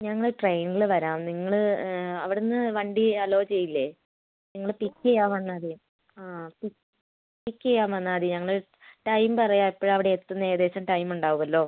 ഞങ്ങൾ ട്രെയിനിൽ വരാം നിങ്ങൾ അവിടുന്ന് വണ്ടി അലോവ് ചെയ്യില്ലേ നിങ്ങൾ പിക്ക് ചെയ്യാൻ വന്നാൽ മതി ആ പി പിക്ക് ചെയ്യാൻ വന്നാൽ മതി ഞങ്ങൾ ടൈം പറയാം എപ്പോഴാണ് അവിടെ എത്തുന്നത് ഏകദേശം ടൈം ഉണ്ടാവുമല്ലോ